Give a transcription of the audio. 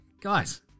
guys